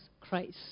Christ